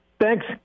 Thanks